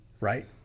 Right